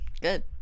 Good